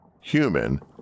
human